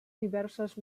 diverses